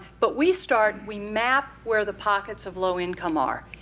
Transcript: but we start, we map where the pockets of low income are.